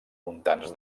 muntants